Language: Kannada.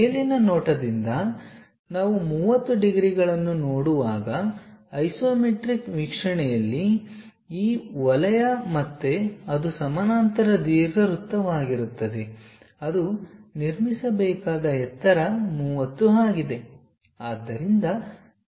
ಮೇಲಿನ ನೋಟದಿಂದ ನಾವು 30 ಡಿಗ್ರಿಗಳನ್ನು ನೋಡುವಾಗ ಐಸೊಮೆಟ್ರಿಕ್ ವೀಕ್ಷಣೆಯಲ್ಲಿಈ ಈ ವಲಯ ಮತ್ತೆ ಅದು ಸಮಾನಾಂತರ ದೀರ್ಘವೃತ್ತವಾಗಿರುತ್ತದೆ ಅದು ನಿರ್ಮಿಸಬೇಕಾದ ಎತ್ತರ 30 ಆಗಿದೆ